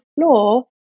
floor